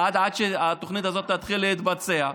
עד שהתוכנית הזאת תתחיל להתבצע.